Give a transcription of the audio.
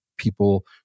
people